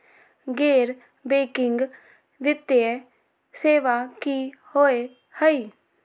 गैर बैकिंग वित्तीय सेवा की होअ हई?